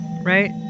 right